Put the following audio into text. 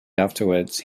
afterwards